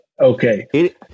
okay